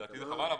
לדעתי זה חבל.